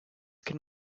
can